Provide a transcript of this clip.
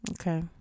Okay